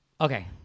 Okay